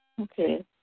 Okay